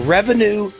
Revenue